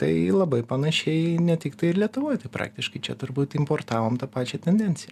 tai labai panašiai ne tiktai ir lietuvoj tai praktiškai čia turbūt importavom tą pačią tendenciją